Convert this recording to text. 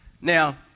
Now